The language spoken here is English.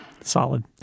Solid